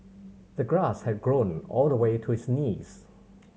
the grass had grown all the way to his knees